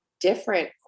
different